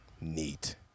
Neat